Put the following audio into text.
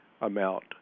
amount